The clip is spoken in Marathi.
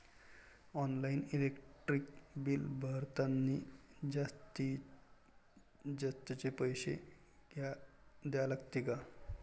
ऑनलाईन इलेक्ट्रिक बिल भरतानी जास्तचे पैसे द्या लागते का?